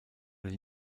die